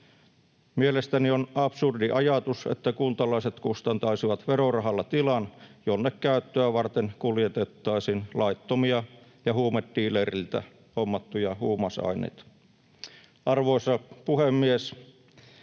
Mielestäni on absurdi ajatus, että kuntalaiset kustantaisivat verorahalla tilan, jonne käyttöä varten kuljetettaisiin laittomia ja huumediileriltä hommattuja huumausaineita. Arvoisa puhemies!